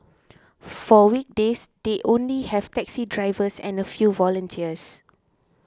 for weekdays they only have taxi drivers and a few volunteers